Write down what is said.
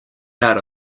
out